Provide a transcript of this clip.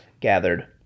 gathered